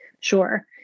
Sure